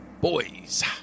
Boys